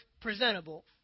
presentable